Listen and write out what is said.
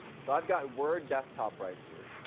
so i have got word desktop right here.